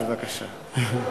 בבקשה.